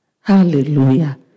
Hallelujah